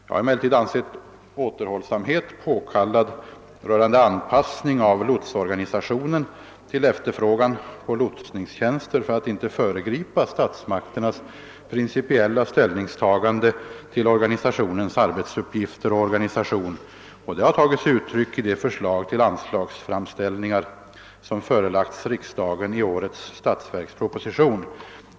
Jag har emellertid ansett återhållsamhet påkallad när det gällt att anpassa lotsorganisationen till efterfrågan på lotsningstjänster, för att inte föregripa statsmakternas principiella ställningstagande till organisationens arbetsuppgifter och utformning. Denna inställning har tagit sig uttryck i de anslagsframställningar som förelagts riksdagen i årets statsverksproposition.